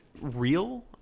real